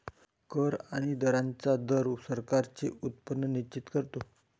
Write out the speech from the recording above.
कर आणि दरांचा दर सरकारांचे उत्पन्न निश्चित करतो